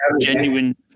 genuine